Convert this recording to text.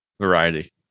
variety